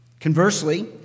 Conversely